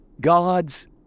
God's